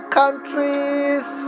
countries